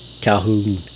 Calhoun